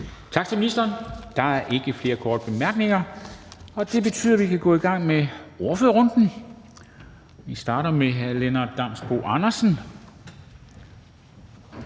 Tak til ministeren. Der er ikke flere korte bemærkninger, og det betyder, at vi kan gå i gang med ordførerrunden. Vi starter med hr. Lennart Damsbo-Andersen,